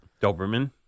Doberman